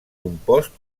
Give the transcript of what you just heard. compost